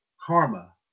Karma